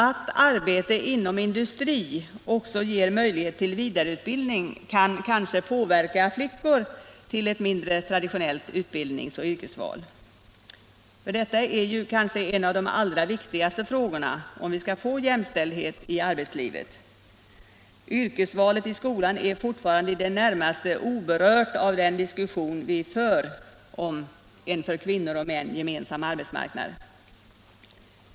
Att arbeten inom industrin också ger möjlighet till vidareutbildning kan kanske påverka flickor till ett mindre traditionellt utbildnings och yrkesval. Detta är kanske en av de allra viktigaste frågorna, om vi skall kunna få jämställdhet i arbetslivet. Yrkesvalet i skolan är fortfarande i det närmaste oberört av den diskussion vi för om en för kvinnor och män gemensam arbetsmarknad.